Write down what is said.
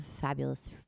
fabulous